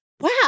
wow